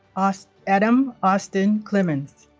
ah so adam austin clemens